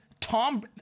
Tom